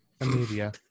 Amelia